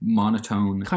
monotone